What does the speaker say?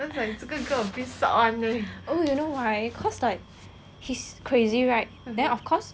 oh you know why cause like he's crazy right then of course